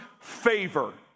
favor